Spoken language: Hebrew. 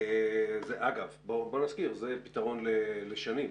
אגב, בוא נזכיר, זה פתרון לשנים.